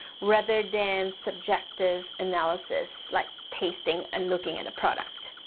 rather than subjective analysis like tasting and looking at a product.